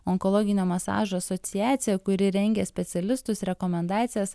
onkologinio masažo asociacija kuri rengia specialistus rekomendacijas